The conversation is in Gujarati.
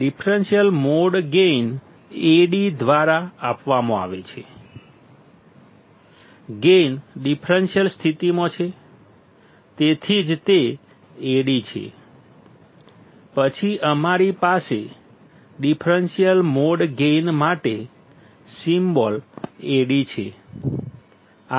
ડિફરન્સીયલ મોડ ગેઇન Ad દ્વારા આપવામાં આવે છે ગેઇન ડિફરન્સીયલ સ્થિતિમાં છે તેથી જ તે Ad છે પછી અમારી પાસે ડિફરન્સીયલ મોડ ગેઇન માટે સિમ્બોલ Ad છે